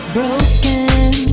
Broken